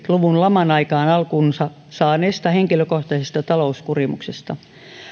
luvun laman aikaan alkunsa saaneesta henkilökohtaisesta talouskurimuksesta